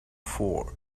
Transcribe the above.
for